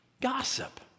Gossip